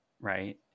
right